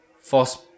force